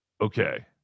Okay